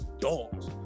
dogs